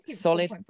solid